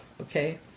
okay